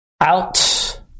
out